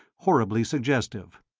horribly suggestive.